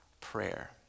prayer